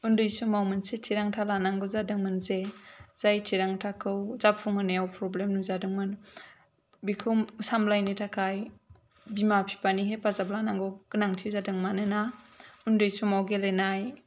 आन्दै समाव मोनसे थिरांथा लानांगौ जादों मोनसे जाय थिरांथाखौ जाफुंहोनायाव प्रब्लेम नुजादोंमोन बेखौ सामलायनो थाखाय बिमा फिफानि हेफाजाब लानांगौ गोनांथि जादों मानोना उन्दै समाव गेलेनाय